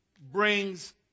brings